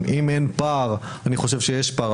אני חושב שיש פער,